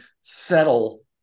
settle